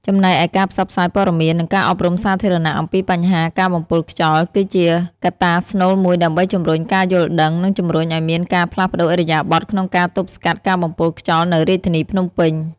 ចំណែកឯការផ្សព្វផ្សាយព័ត៌មាន និងការអប់រំសាធារណៈអំពីបញ្ហាការបំពុលខ្យល់ គឺជាកត្តាស្នូលមួយដើម្បីជំរុញការយល់ដឹង និងជំរុញឱ្យមានការផ្លាស់ប្តូរឥរិយាបថក្នុងការទប់ស្កាត់ការបំពុលខ្យល់នៅរាជធានីភ្នំពេញ។